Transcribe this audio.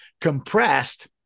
compressed